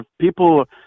people